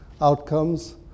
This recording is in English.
outcomes